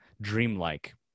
dreamlike